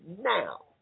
now